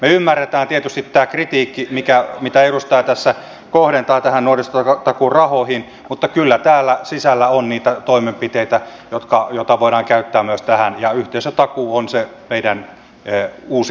me ymmärrämme tietysti tämän kritiikin mitä edustaja kohdentaa nuorisotakuurahoihin mutta kyllä täällä sisällä on niitä toimenpiteitä joita voidaan käyttää myös tähän ja yhteisötakuu on se meidän uusi suuntamme